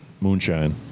Moonshine